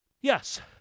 Yes